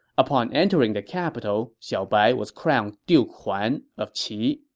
upon entering the capital, xiaobai was crowned duke huan of qi